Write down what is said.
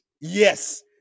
yes